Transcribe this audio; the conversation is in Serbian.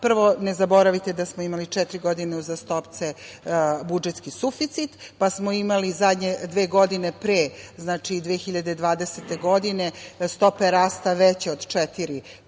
Prvo, ne zaboravite da smo imali četiri godine uzastopce budžetski suficit, pa smo imali zadnje dve godine pre, znači 2020. godine, stope rasta veće od 4%,